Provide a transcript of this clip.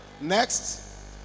Next